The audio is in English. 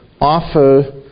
offer